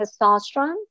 testosterone